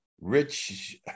Rich